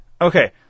Okay